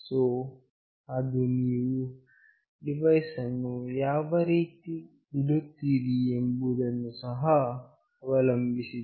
so ಅದು ನೀವು device ಅನ್ನು ಯಾವ ರೀತಿ ಇಡುತ್ತೀರಿ ಎಂಬುದನ್ನು ಸಹ ಅವಲಂಭಿಸಿದೆ